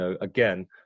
again